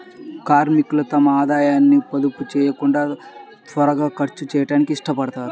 కార్మికులు తమ ఆదాయాన్ని పొదుపు చేయకుండా త్వరగా ఖర్చు చేయడానికి ఇష్టపడతారు